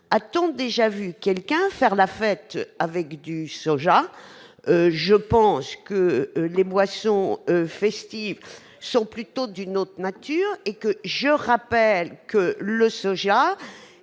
A-t-on déjà vu quelqu'un faire la fête avec du soja ? Il me semble que les boissons festives sont plutôt d'une autre nature ... Je le rappelle, le soja